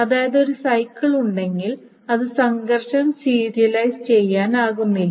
അതായത് ഒരു സൈക്കിൾ ഉണ്ടെങ്കിൽ അത് സംഘർഷം സീരിയലൈസ് ചെയ്യാനാകില്ല